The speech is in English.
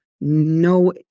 no